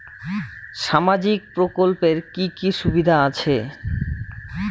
সামাজিক প্রকল্পের কি কি সুবিধা আছে?